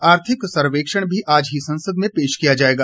आर्थिक सर्वेक्षण भी आज ही संसद में पेश किया जाएगा